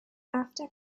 after